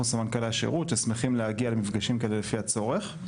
אנחנו סמנכ"לי השירות ששמחים להגיע למפגשים כאלה לפי הצורך,